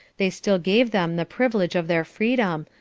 they still gave them the privilege of their freedom,